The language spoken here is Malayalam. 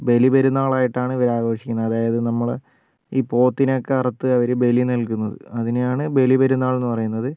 ബലിപിരുന്നാളായിട്ടാണ് ആഘോഷിക്കുന്നത് അതായത് നമ്മള് ഈ പോത്തിനെയൊക്കെ അറത്ത് അവര് ബലിനൽകുന്നു അതിനെയാണ് ബലിപെരുന്നാൾ എന്നു പറയുന്നത്